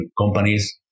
companies